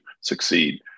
succeed